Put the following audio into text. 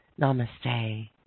Namaste